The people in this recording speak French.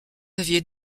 aviez